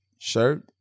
shirt